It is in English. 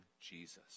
Jesus